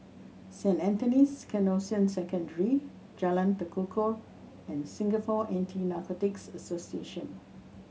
Saint Anthony's Canossian Secondary Jalan Tekukor and Singapore Anti Narcotics Association